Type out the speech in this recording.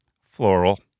Floral